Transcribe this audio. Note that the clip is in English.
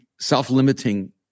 self-limiting